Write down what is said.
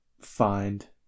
find